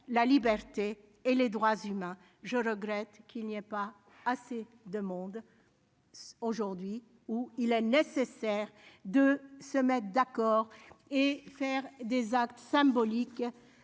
la liberté et les droits humains, je regrette qu'il n'y a pas assez de monde. Aujourd'hui où il est nécessaire de se mettre d'accord et faire des actes symboliques,